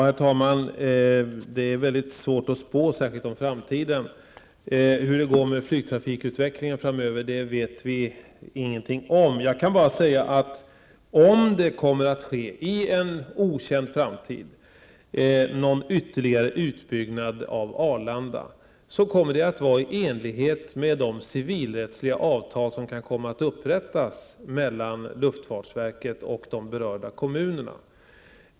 Herr talman! Det är svårt att spå, särskilt om framtiden. Hur det går med flygtrafikutvecklingen framöver vet vi ingenting om. Jag kan bara säga att om det i en okänd framtid kommer att ske någon ytterligare utbyggnad av Arlanda kommer det att ske i enlighet med de civilrättsliga avtal som kan komma att upprättas mellan luftfartsverket och de berörda kommunerna.